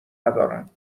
ندارم